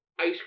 ice